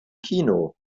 kino